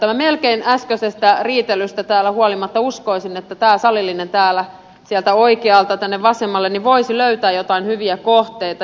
minä melkein uskoisin äskeisestä riitelystä täällä huolimatta että tämä salillinen sieltä oikealta tänne vasemmalle voisi löytää joitain hyviä kohteita